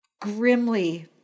grimly